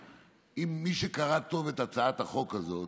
מי שקרא טוב את הצעת החוק הזאת